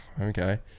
okay